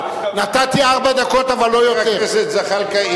חבר הכנסת זחאלקה,